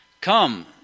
Come